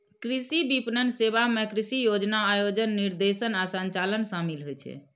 कृषि विपणन सेवा मे कृषि योजना, आयोजन, निर्देशन आ संचालन शामिल होइ छै